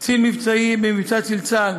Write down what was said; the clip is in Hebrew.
קצין מבצעים במבצע "צלצל",